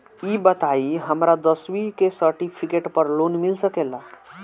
ई बताई हमरा दसवीं के सेर्टफिकेट पर लोन मिल सकेला?